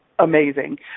amazing